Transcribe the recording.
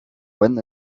when